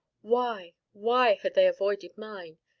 why, why had they avoided mine?